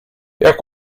jak